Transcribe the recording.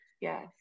yes